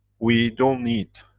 we don't need.